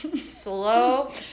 slow